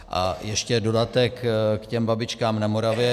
A ještě dodatek k těm babičkám na Moravě.